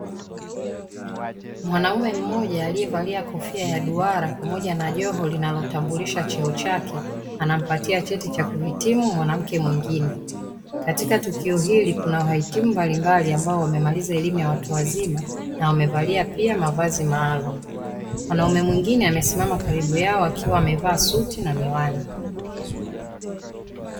Mwanaume mmoja aliyevaa kofia ya duara pamoja na joho linalotambulisha cheo chake anampatia cheti cha kuhitimu mwanamke mwingine. Katika tukio hili kuna wahitimu mbalimbali ambao wamemaliza elimu ya watu wazima na wamevaa pia mavazi maalum. Mwanaume mwingine amesimama karibu yao akiwa amevaa suti na miwani.